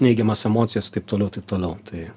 neigiamas emocijas i taip toliau taip toliau tai